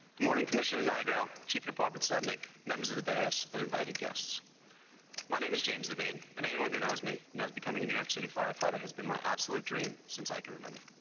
morning, commissioner nigro chief departments on nick members of the day this and invited guests my name is james, the van, and anyone who knows me knows becoming new. york city firefighter has been my absolute dream since i can remember